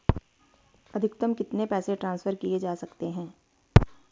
अधिकतम कितने पैसे ट्रांसफर किये जा सकते हैं?